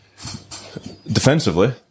Defensively